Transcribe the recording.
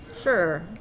Sure